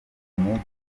mufitanye